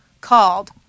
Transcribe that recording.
called